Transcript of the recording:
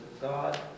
God